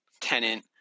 tenant